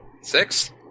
six